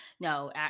No